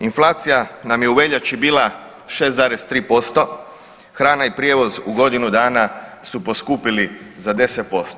Inflacija nam je u veljači bila 6,3%, hrana i prijevoz u godinu dana su poskupili za 10%